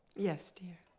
yes dear.